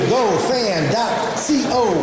GoFan.co